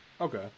Okay